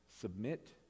submit